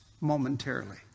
momentarily